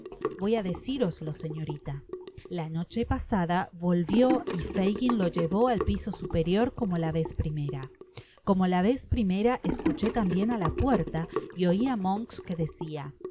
voy á deciroslo señorita la noche pasada volvió y fagis u llevó al piso superior como la vez primera como la vez primera escuché tambien á la puerta y oi á monks que decia